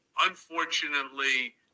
Unfortunately